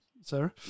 Sarah